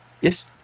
Yes